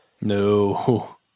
No